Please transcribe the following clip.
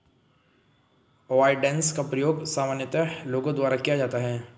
avoidance का प्रयोग सामान्यतः लोगों द्वारा किया जाता है